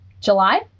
July